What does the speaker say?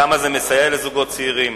כמה זה מסייע לזוגות צעירים.